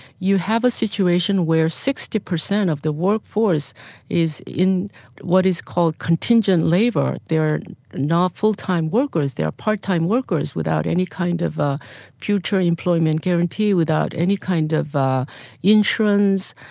you have a situation where sixty percent of the workforce is in what is called contingent labour. there are now full-time workers, there are part-time workers without any kind of ah future employment guarantee, without any kind of insurance.